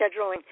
scheduling